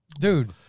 Dude